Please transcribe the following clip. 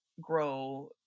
grow